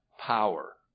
power